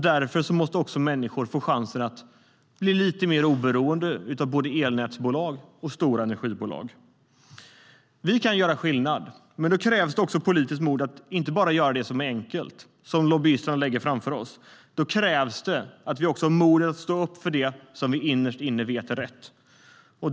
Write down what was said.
Därför måste också människor få chansen att bli lite mer oberoende av både elnätsbolag och stora energibolag. Vi kan göra skillnad, men då krävs det också politiskt mod att inte bara göra det som är enkelt och som lobbyisterna lägger framför oss. Då krävs det att vi har modet att stå upp för det vi innerst inne vet är rätt.